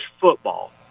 football